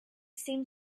seemed